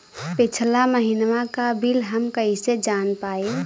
पिछला महिनवा क बिल हम कईसे जान पाइब?